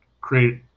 create